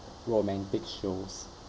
romantic shows